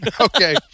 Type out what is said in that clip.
Okay